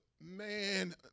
man